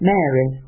Mary